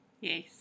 Yes